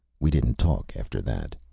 we didn't talk after that.